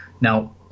now